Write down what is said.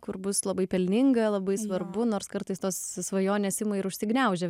kur bus labai pelninga labai svarbu nors kartais tos s svajonės ima ir užsigniaužia